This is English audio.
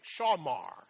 shawmar